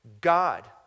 God